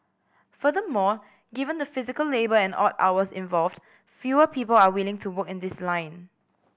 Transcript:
furthermore given the physical labour and odd hours involved fewer people are willing to work in this line